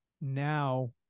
Now